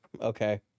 okay